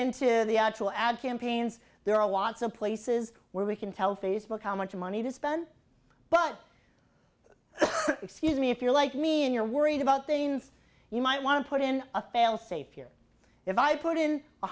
into the actual ad campaigns there are lots of places where we can tell facebook how much money to spend but excuse me if you're like me and you're worried about things you might want to put in a fail safe here if i put in